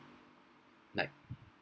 like